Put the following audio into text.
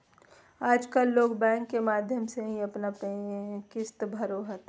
आजकल लोग बैंक के माध्यम से ही अपन अपन किश्त भरो हथिन